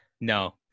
No